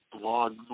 blog